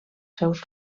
seus